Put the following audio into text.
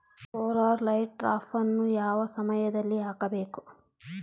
Solar light ಟ್ರಾಪನ್ನು ಯಾವ ಸಮಯದಲ್ಲಿ ಹಾಕಬೇಕು?